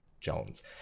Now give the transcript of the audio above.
Jones